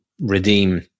redeem